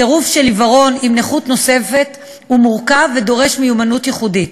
צירוף של עיוורון ונכות נוספת הוא מורכב ודורש מיומנות ייחודית.